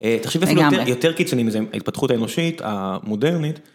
תחשבי אפילו יותר קיצוני מזה, ההתפתחות האנושית, המודרנית.